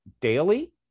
daily